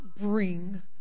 bring